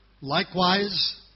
likewise